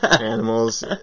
animals